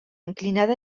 inclinada